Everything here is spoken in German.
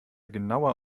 genauer